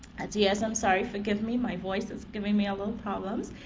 yes i'm sorry forgive me my voice is giving me a little problems,